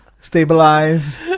stabilize